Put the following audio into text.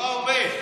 לא הרבה.